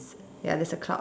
ya there's a cloud